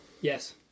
Yes